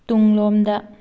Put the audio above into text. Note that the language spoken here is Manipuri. ꯇꯨꯡꯂꯣꯝꯗ